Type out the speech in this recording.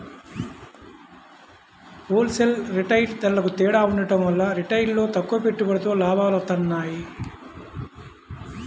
whole sale, retail ధరలకూ తేడా ఉండటం వల్ల రిటైల్లో తక్కువ పెట్టుబడితో లాభాలొత్తన్నాయి